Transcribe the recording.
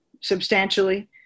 substantially